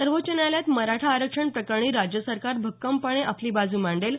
सर्वोच्च न्यायालयात मराठा आरक्षण प्रकरणी राज्य सरकार भक्कमपणे आपली बाजू मांडेल